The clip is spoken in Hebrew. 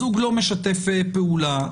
הזוג לא משתף פעולה.